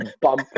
bump